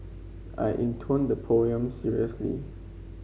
I intoned the poem seriously